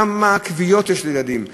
כמה כוויות יש לילדים,